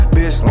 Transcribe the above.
Bitch